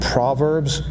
Proverbs